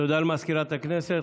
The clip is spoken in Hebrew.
תודה לסגנית מזכיר הכנסת.